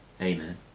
Amen